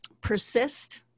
Persist